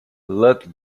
look